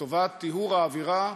לטובת טיהור האווירה,